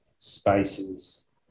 spaces